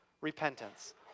repentance